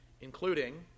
including